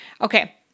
Okay